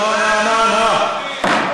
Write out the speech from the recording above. נו, נו, נו.